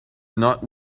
not